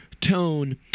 tone